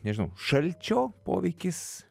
nežinau šalčio poveikis